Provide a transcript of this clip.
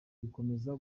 gukomeza